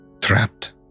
trapped